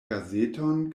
gazeton